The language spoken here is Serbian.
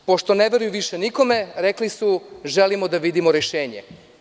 Pošto ne veruju više nikome rekli su – želimo da vidimo rešenje.